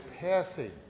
passing